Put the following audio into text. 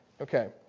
Okay